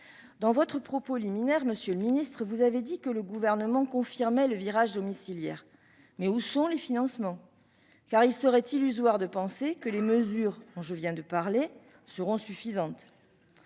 dans votre propos liminaire que le Gouvernement confirmait le virage « domiciliaire ». Mais où sont les financements ? Il serait illusoire de penser que les mesures dont je viens de parler seront suffisantes.